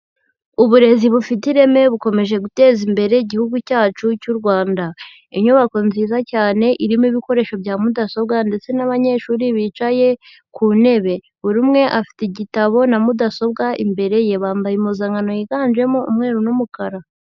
Uburezi bufite ireme bukomeje gutezi imbere Igihugu cyacu cy'u Rwanda. Inyubako nziza cyane irimo ibikoresho bya mudasobwa ndetse n'abanyeshuri bicaye ku ntebe. Buri umwe afite igitabo na mudasobwa imbere ye. Bambaye impuzankano yiganjemo umweru n'umukara.